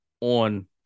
on